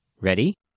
Ready